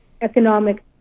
economic